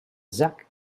zach